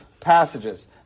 passages